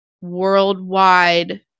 worldwide